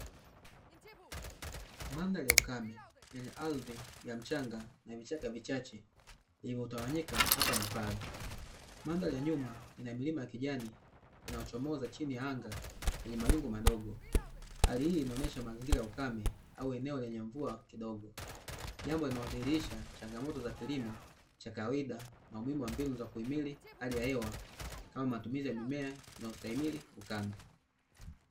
Mandhari ya ukame yenye ardhi ya mchanga na vichaka vichache vilivyotawanyika hapa na pale. Mandhari ya nyuma ina milima ya kijani inayochomoza chini ya anga kwenye mawingu madogo. Hali hii inaonyesha mazingira ya ukame au eneo lenye mvua kidogo, jambo linalodhihirisha changamoto za kilimo cha kawaida na umuhimu wa mbinu za kuhimili hali ya hewa kama matumizi ya mimea inayostahimili ukame.